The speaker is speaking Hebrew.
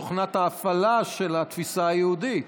מתוכנת ההפעלה של התפיסה היהודית,